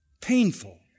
painful